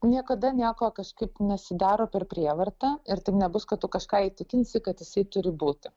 niekada nieko kažkaip nesidaro per prievartą ir taip nebus kad tu kažką įtikinsi kad jisai turi būti